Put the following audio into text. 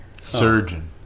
Surgeon